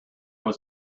was